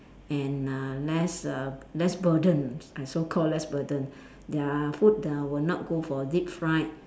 and uh less uh less burden I so called less burden their food uh will not go for deep fried